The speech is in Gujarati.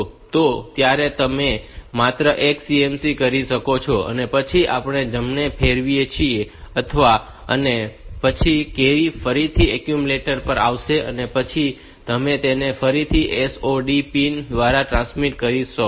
તો ત્યાં તમે માત્ર એક CMC કરી શકો છો અને પછી આપણે જમણે ફેરવીએ છીએ અથવા અને પછી કેરી ફરીથી એક્યુમ્યુલેટર પર આવશે અને પછી તમે તેને ફરીથી SOD પિન દ્વારા ટ્રાન્સમિટ કરશો